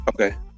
Okay